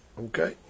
Okay